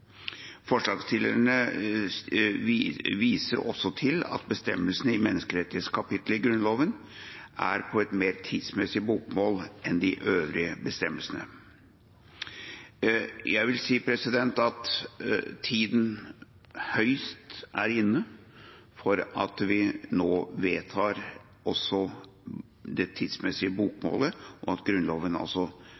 Forslagsstillerne viser også til at bestemmelsene i menneskerettighetskapitlet i Grunnloven er på et mer tidsmessig bokmål enn de øvrige bestemmelsene. Jeg vil si at det er på høy tid at vi nå også vedtar